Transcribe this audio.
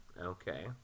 okay